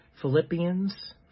Philippians